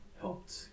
helped